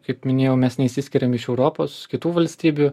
kaip minėjau mes neisiskiriam iš europos kitų valstybių